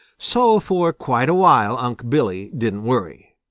so for quite awhile unc' billy didn't worry.